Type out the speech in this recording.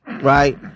right